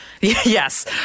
Yes